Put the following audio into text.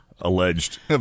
alleged